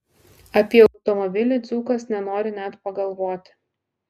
apie automobilį dzūkas nenori net pagalvoti